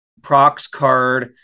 ProxCard